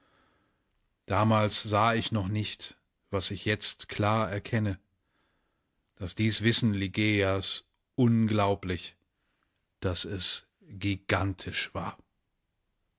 damals sah ich noch nicht was ich jetzt klar erkenne daß dies wissen ligeias unglaublich daß es gigantisch war